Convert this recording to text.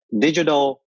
digital